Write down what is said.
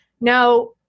Now